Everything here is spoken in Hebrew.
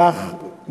לך,